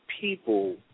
people